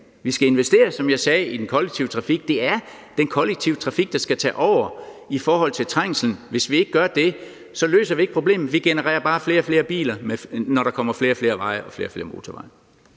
Vi skal investere, som jeg sagde, i den kollektive trafik. Det er den kollektive trafik, der skal tage over i forhold til trængslen. Hvis vi ikke lader den gøre det, løser vi ikke problemet. Vi genererer bare flere og flere biler, når der kommer flere og flere veje og flere og flere